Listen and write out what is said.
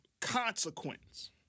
consequence